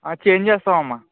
ఆ చేంజ్ చేస్తాం అమ్మా